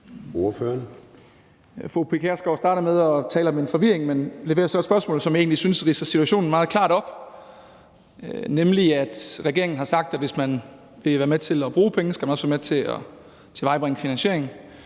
Fru Pia Kjærsgaard startede med at tale om en forvirring, men leverer så et spørgsmål, som jeg egentlig synes ridser situationen meget klart op, nemlig at regeringen har sagt, at hvis man vil være med til at bruge pengene, skal man også være med til at tilvejebringe en finansiering.